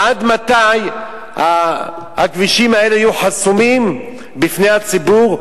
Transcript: עד מתי הכבישים האלה יהיו חסומים בפני הציבור?